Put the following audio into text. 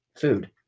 food